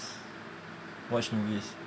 watch movies